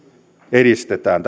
edistetään